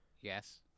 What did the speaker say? Yes